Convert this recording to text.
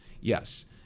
Yes